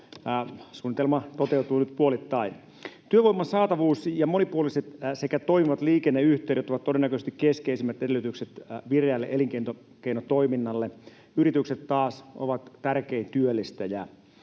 suunnitelma toteutui nyt puolittain. Työvoiman saatavuus ja monipuoliset sekä toimivat liikenneyhteydet ovat todennäköisesti keskeisimmät edellytykset vireälle elinkeinotoiminnalle. Yritykset taas ovat tärkein työllistäjä.